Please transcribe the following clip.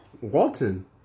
Walton